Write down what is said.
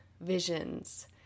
visions